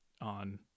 on